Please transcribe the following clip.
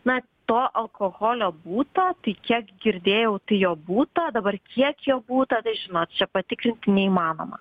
na to alkoholio būta tai kiek girdėjau tai jo būta dabar kiek jo būta tai žinot čia patikrinti neįmanoma